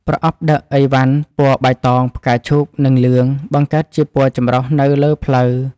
ប្រអប់ដឹកឥវ៉ាន់ពណ៌បៃតង ផ្កាឈូក និងលឿង បង្កើតជាពណ៌ចម្រុះនៅលើផ្លូវ។